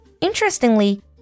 Interestingly